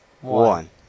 one